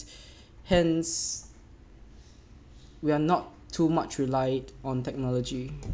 hence we are not too much relied on technology